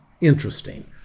interesting